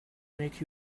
make